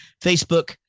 Facebook